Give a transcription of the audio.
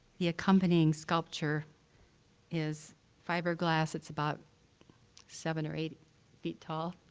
the accompanying sculpture is fiberglass. it's about seven or eight feet tall,